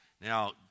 Now